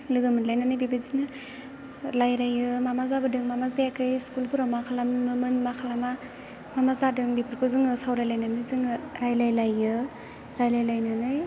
लोगो मोनलायनानै बेबायदिनो रायज्लायरायो मा मा जाबोदों मा मा जायाखै स्कुलफोराव मा खालामोमोन मा खालामा मा मा जादों बेफोरखौ जोङो सावरायलानानै जोङो रायज्लायलायो रायज्लायलायनानै